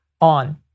on